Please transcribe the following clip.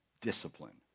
discipline